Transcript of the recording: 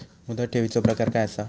मुदत ठेवीचो प्रकार काय असा?